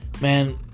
Man